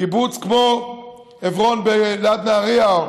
קיבוץ כמו עברון ליד נהריה,